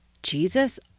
jesus